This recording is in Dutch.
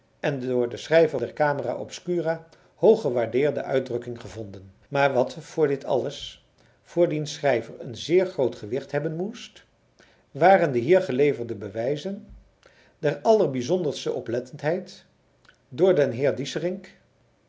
en door den schrijver der camera obscura hooggewaardeerde uitdrukking gevonden maar wat bij dit alles voor dien schrijver een zeer groot gewicht hebben moest waren de hier geleverde bewijzen der allerbijzonderste oplettendheid door den heer